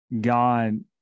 God